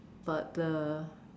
but the